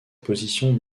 position